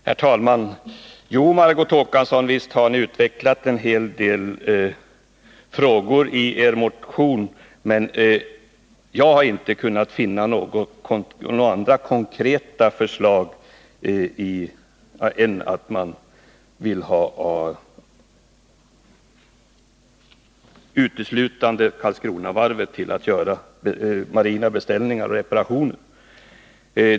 Herr talman! Jo, visst har Margot Håkansson utvecklat en hel del frågor i sin motion, men jag har inte kunnat finna några andra konkreta förslag där än att man vill att uteslutande Karlskronavarvet skall få marina beställningar och få göra reparationer.